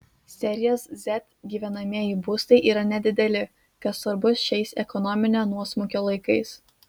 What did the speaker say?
serijos z gyvenamieji būstai yra nedideli kas svarbu šiais ekonominio nuosmukio laikais